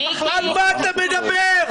על מה אתה מדבר?